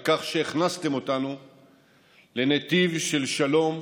על כך שהכנסתם אותנו לנתיב של שלום,